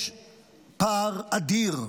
יש פער אדיר: